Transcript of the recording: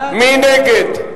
מי נגד?